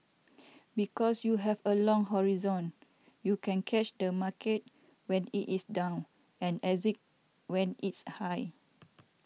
because you have a long horizon you can catch the market when it is down and exit when it's high